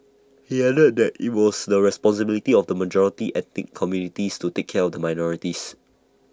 he added that IT was the responsibility of the majority ethnic communities to take care of the minorities